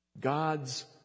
God's